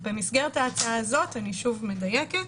במסגרת ההצעה הזאת, אני שוב מדייקת,